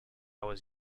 was